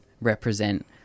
represent